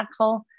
impactful